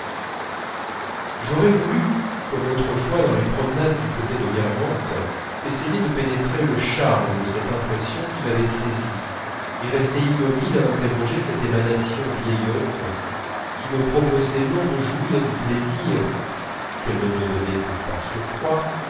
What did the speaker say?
j'aurais voulu comme autrefois dans mes promenades du côté de guermantes essayer de pénétrer le charme de cette impression qui m'avait saisi et rester immobile à interroger cette émanation vieillotte qui me proposait non de jouir du plaisir qu'elle ne me donnait que par surcroît